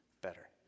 better